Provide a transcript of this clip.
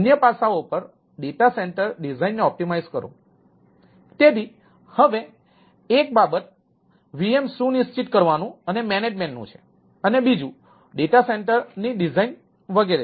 અન્ય પાસાઓ પર ડેટા સેન્ટર છે અને બીજું ડેટા સેન્ટર્સની ડિઝાઇન વગેરે છે